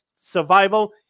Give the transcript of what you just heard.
survival